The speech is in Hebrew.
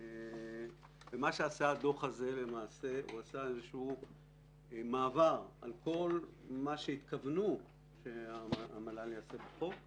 שעשה הדוח הזה הוא מעבר על כל מה שהתכוונו שהמל"ל יעשה בחוק,